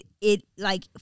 it—like